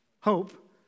hope